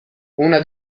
una